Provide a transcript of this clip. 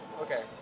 okay